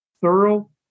thorough